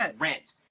rent